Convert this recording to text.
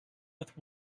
with